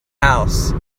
house